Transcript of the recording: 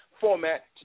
format